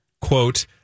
quote